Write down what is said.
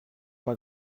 pas